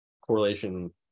correlation